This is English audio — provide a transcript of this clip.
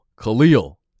Khalil